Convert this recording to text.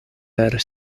per